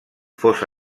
fos